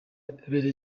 yabereye